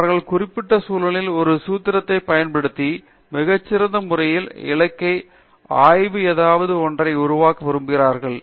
அவர்கள் குறிப்பிட்ட சூழலில் ஒரு சூத்திரத்தை பயன்படுத்தி மிகச் சிறந்த முறையில் இலக்கை ஆய்வு ஏதாவது ஒன்றை உருவாக்க விரும்புவீர்கள்